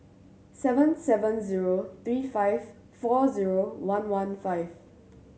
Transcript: seven seven zero three five four zero one one five